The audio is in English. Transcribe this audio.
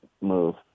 move